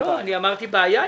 אני אמרתי בעיה?